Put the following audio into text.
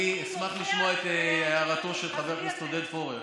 אני אשמח לשמוע את הערתו של חבר הכנסת עודד פורר.